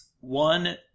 One